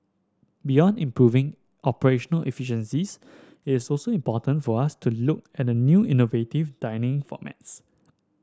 beyond improving operational efficiencies it is also important for us to look at new innovative dining formats